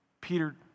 Peter